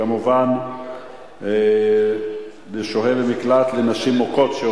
לגמלה בתקופת שהייה במקלט לנשים מוכות),